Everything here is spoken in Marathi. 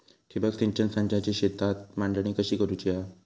ठिबक सिंचन संचाची शेतात मांडणी कशी करुची हा?